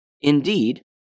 Indeed